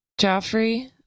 Joffrey